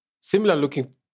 similar-looking